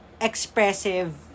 expressive